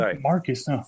Marcus